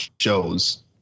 shows